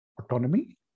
autonomy